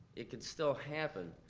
it could still happen,